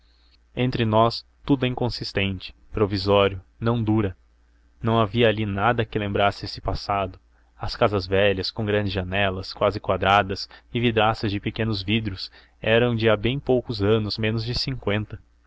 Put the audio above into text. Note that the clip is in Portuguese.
entre nós tudo é inconsciente provisório não dura não havia ali nada que lembrasse esse passado as casas velhas com grandes janelas quase quadradas e vidraças de pequenos vidros eram de há bem poucos anos menos de cinqüenta